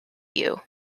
you